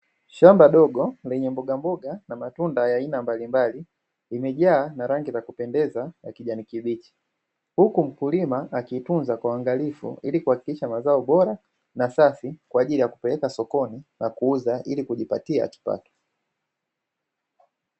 Shamba dogo lenye mbogamboga na matunda ya aina mbalimbali, limejaa na rangi ya kupendeza ya kijani kibichi. Huku mkulima akiitunza kwa uangalifu ili kuhakikisha mazao bora na safi kwa ajili ya kupeleka sokoni na kuuza ili kujipatia kipato.